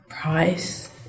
price